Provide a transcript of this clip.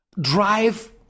drive